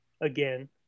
again